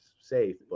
safe